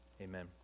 amen